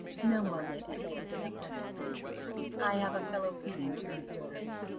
no more wit at lady delacour's expense i have a fellow-feeling for mr. hervey.